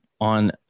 on